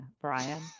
Brian